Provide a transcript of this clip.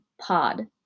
Pod